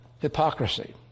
hypocrisy